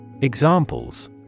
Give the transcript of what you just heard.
Examples